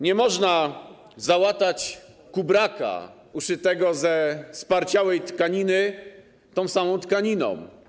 Nie można załatać kubraka uszytego ze sparciałej tkaniny tą samą tkaniną.